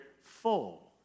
full